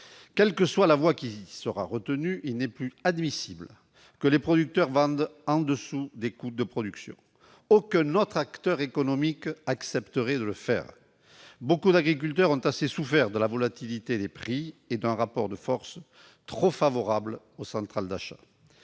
Quelle que soit la voie qui sera retenue, il n'est plus admissible que les producteurs vendent en dessous des coûts de production. Aucun autre acteur économique n'accepterait de le faire ! Beaucoup d'agriculteurs ont assez souffert de la volatilité des prix et d'un rapport de force trop favorable aux centrales d'achat.